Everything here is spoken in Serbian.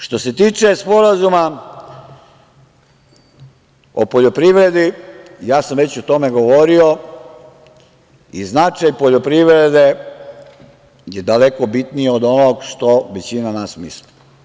Što se tiče Sporazuma o poljoprivredi, ja sam već o tome govorio i značaj poljoprivrede je daleko bitniji od onoga što većina nas misli.